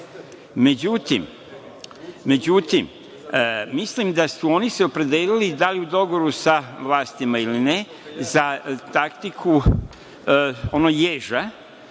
Međutim, mislim da su se oni opredelili, da li u dogovoru sa vlastima ili ne, za taktiku onog